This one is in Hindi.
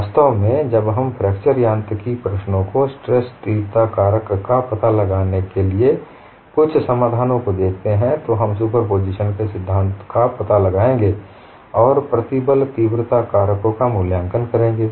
वास्तव में जब हम फ्रैक्चर यांत्रिकी प्रश्नों में स्ट्रेस तीव्रता कारक का पता लगाने के लिए कुछ समाधानों को देखते हैं तो हम सुपरपोजिशन के सिद्धांत को लगाएंगे और प्रतिबल तीव्रता कारकों का मूल्यांकन करेंगे